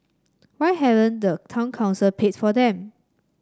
why hadn't the town council paid for them